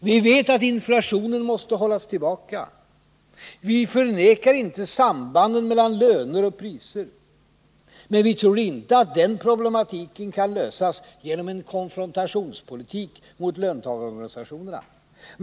Vi vet att inflationen måste hållas tillbaka. Vi förnekar inte sambanden mellan löner och priser. Men vi tror inte att den problematiken kan lösas genom en konfrontationspolitik gentemot löntagarorganisationerna.